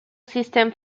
system